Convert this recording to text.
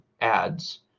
ads